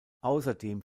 außerdem